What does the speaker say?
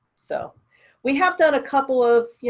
so we have done a couple of, you